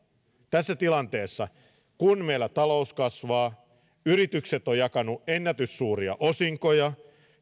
tässä tilanteessa kun meillä talous kasvaa yritykset ovat jakaneet ennätyssuuria osinkoja